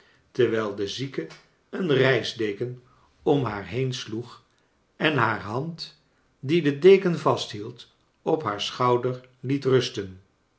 terwijl de zieke een reisdeken om haar heensloeg en haar hand die den deken vasthield op haar schouder liet rusten